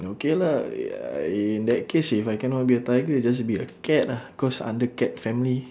okay lah ya in that case if I cannot be a tiger just be a cat lah cause under cat family